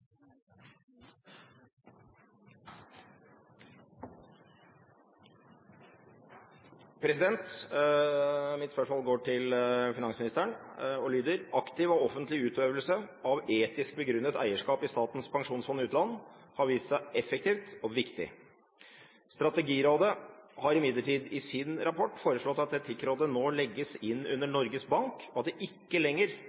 bortreist. Mitt spørsmål går til finansministeren: «Aktiv og offentlig utøvelse av etisk begrunnet eierskap i Statens pensjonsfond utland har vist seg viktig og effektivt. Strategirådet har imidlertid i sin rapport foreslått at Etikkrådet skal legges inn under Norges Bank, og at det ikke lenger